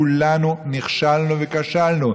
כולנו נכשלנו וכשלנו.